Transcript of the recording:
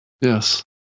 Yes